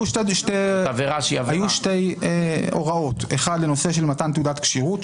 היו שתי הוראות: האחת לנושא של מתן תעודת כשירות,